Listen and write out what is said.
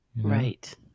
Right